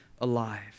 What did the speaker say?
alive